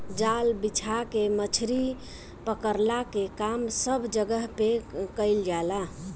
जाल बिछा के मछरी पकड़ला के काम सब जगह पे कईल जाला